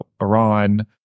Iran